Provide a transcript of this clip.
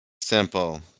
Simple